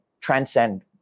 transcend